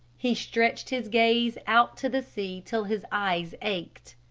he stretched his gaze out to the sea till his eyes ached,